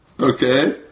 Okay